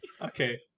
okay